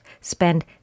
spend